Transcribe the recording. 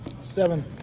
Seven